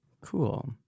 Cool